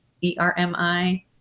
E-R-M-I